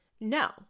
No